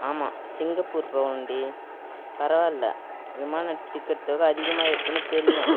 ஆமாம் சிங்கப்பூர் போகணுன்டி பரவாயில்ல விமான டிக்கெட் தொக அதிகமாக இருக்குதுன்னு தெரியும்